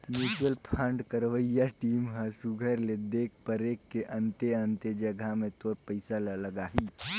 mutual fund करवइया team ह सुग्घर ले देख परेख के अन्ते अन्ते जगहा में तोर पइसा ल लगाहीं